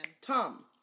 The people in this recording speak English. Tom